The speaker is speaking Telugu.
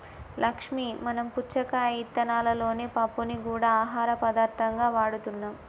లక్ష్మీ మనం పుచ్చకాయ ఇత్తనాలలోని పప్పుని గూడా ఆహార పదార్థంగా వాడుతున్నాం